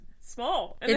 small